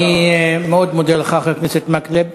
אני מאוד מודה לך, חבר הכנסת מקלב.